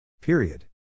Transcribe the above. Period